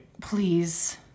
Please